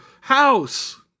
house